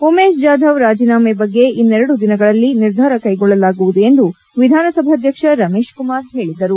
ಉಮೇಶ್ ಜಾಧವ್ ರಾಜೀನಾಮೆ ಬಗ್ಗೆ ಇನ್ನೆರಡು ದಿನಗಳಲ್ಲಿ ನಿರ್ಧಾರ ಕೈಗೊಳ್ಳಲಾಗುವುದು ಎಂದು ವಿಧಾನ ಸಭಾಧ್ಯಕ್ಷ ರಮೇಶ್ ಕುಮಾರ್ ಹೇಳಿದರು